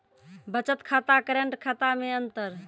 बचत खाता करेंट खाता मे अंतर?